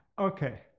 Okay